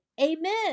Amen